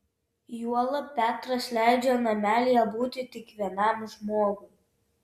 juolab petras leidžia namelyje būti tik vienam žmogui